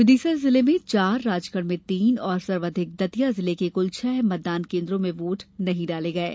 विदिशा जिले में चार राजगढ़ में तीन और सर्वाधिक दतिया जिले के कुल छह मतदान केन्द्रों में वोट नहीं डाले गये